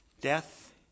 Death